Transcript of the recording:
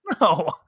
No